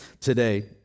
today